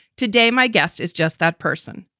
today, my guest is just that person,